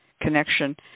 connection